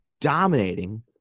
dominating